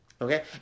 okay